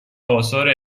آثار